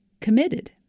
committed